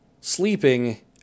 Sleeping